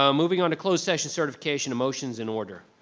um moving on to closed session certification, a motion's in order.